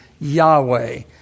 Yahweh